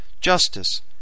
JUSTICE